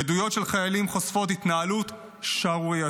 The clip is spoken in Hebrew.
עדויות של חיילים חושפות התנהלות שערורייתית.